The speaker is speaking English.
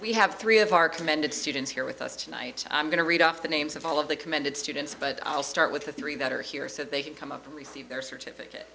we have three of our commended students here with us tonight i'm going to read off the names of all of the commended students but i'll start with the three that are here so they can come up to receive their certificate